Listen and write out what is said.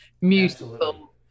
musical